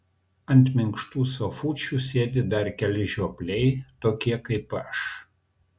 ant minkštų sofučių sėdi dar keli žiopliai tokie kaip aš